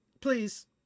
please